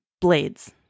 Blades